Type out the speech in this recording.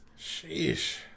Sheesh